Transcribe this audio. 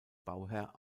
bauherr